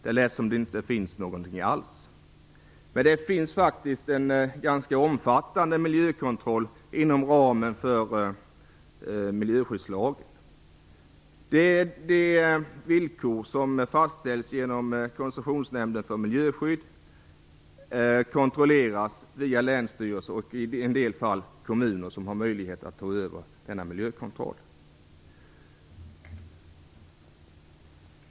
Det lät som om det inte finns någon alls. Men det finns faktiskt en ganska omfattande miljökontroll inom ramen för miljöskyddslagen. De villkor som fastställs genom Koncessionsnämnden för miljöskydd kontrolleras via länsstyrelser, och i en del fall har kommunerna möjlighet att ta över denna miljökontroll.